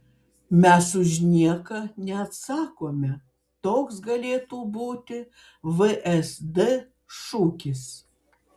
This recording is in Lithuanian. mes už nieką neatsakome toks galėtų būti vsd šūkis